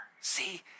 See